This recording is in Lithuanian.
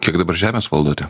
kiek dabar žemės valdote